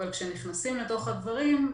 אבל כשנכנסים לתוך הדברים,